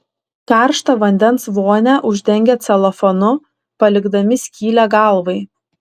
karštą vandens vonią uždengia celofanu palikdami skylę galvai